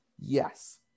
Yes